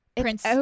Prince